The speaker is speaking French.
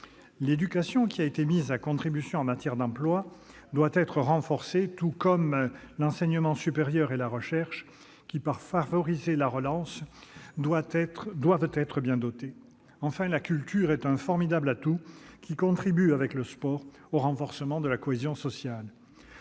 L'éducation, qui a été mise contribution en matière d'emplois, doit être renforcée, tout comme l'enseignement supérieur et la recherche, qui, pour favoriser la relance, doivent être bien dotés. Enfin, la culture est un formidable atout qui contribue, avec le sport, au renforcement de la cohésion sociale.